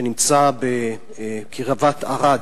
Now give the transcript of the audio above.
שנמצא בקרבת ערד.